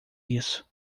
isso